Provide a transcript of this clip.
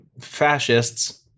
fascists